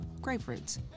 grapefruits